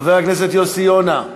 חבר הכנסת יוסי יונה,